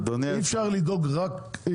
אי אפשר לדאוג רק לחקלאים,